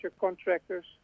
contractors